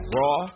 raw